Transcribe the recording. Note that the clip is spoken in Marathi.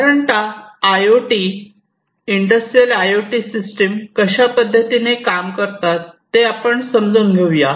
साधारणतः I O T industrial I O T system कशा पद्धतीने काम करतात ते आपण समजून घेऊया ते आपण समजून घेऊया